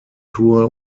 tour